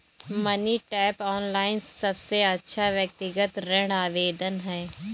money tap, online सबसे अच्छा व्यक्तिगत ऋण आवेदन है